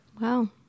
Wow